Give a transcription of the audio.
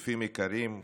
צופים יקרים,